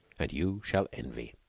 and you shall envy.